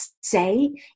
say